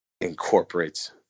incorporates